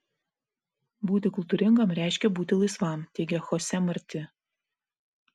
būti kultūringam reiškia būti laisvam teigia chose marti